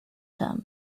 term